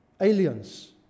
aliens